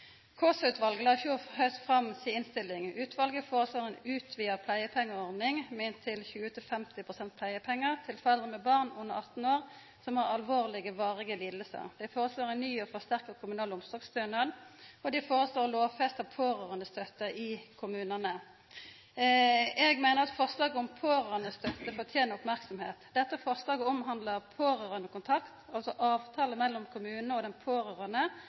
la i fjor haust fram si innstilling. Utvalet foreslår ei utvida pleiepengeordning med inntil 20–50 pst. pleiepengar til foreldre med barn under 18 år som har alvorlege og varige lidingar. Dei foreslår ein ny og forsterka kommunal omsorgsstønad, og dei foreslår å lovfesta pårørandestøtte i kommunane. Eg meiner at forslaget om pårørandestøtte fortener merksemd. Dette forslaget omhandlar pårørandekontakt, altså ein avtale mellom kommunen og den pårørande